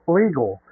legal